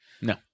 No